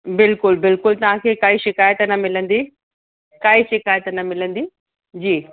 बिल्कुलु बिल्कुलु तव्हांखे काई शिकइतु न मिलंदी काई शिकाइतु न मिलंदी जी